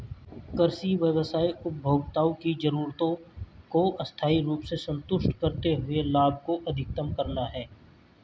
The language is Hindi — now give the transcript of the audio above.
कृषि व्यवसाय उपभोक्ताओं की जरूरतों को स्थायी रूप से संतुष्ट करते हुए लाभ को अधिकतम करना है